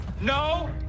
No